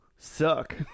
Suck